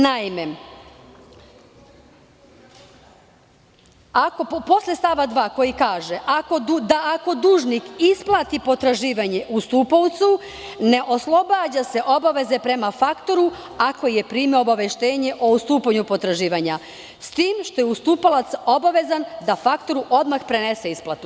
Naime, stav 2. glasi: "Ako dužnik isplati potraživanje ustupaocu, ne oslobađa se obaveze prema faktoru, ako je primio obaveštenje o ustupanju potraživanja, s tim što je ustupalac obavezan da faktoru odmah prenese isplatu"